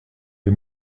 les